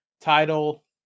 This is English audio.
title